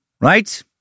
right